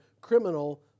criminal